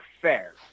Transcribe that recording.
fair